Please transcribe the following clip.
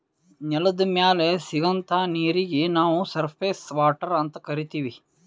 ನೆಲದ್ ಮ್ಯಾಲ್ ಸಿಗಂಥಾ ನೀರೀಗಿ ನಾವ್ ಸರ್ಫೇಸ್ ವಾಟರ್ ಅಂತ್ ಕರೀತೀವಿ